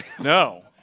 No